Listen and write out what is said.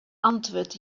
antwurd